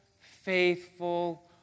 faithful